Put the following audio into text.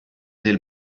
del